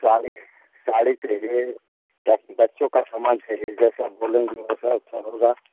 साड़ी साड़ी चाहिए या फिर बच्चों का समान चाहिए जैसा आप बोलेंगी वैसा वैसा होगा